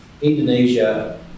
Indonesia